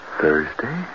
Thursday